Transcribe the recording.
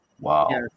Wow